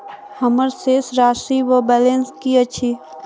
हम्मर शेष राशि वा बैलेंस की अछि?